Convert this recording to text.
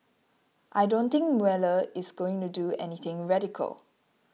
I don't think Mueller is going to do anything radical